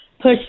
push